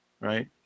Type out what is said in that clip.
right